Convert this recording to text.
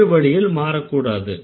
வேறு வழியில் மாறக்கூடாது